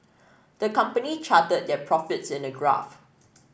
the company charted their profits in a graph